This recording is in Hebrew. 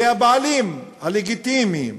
זה הבעלים הלגיטימיים.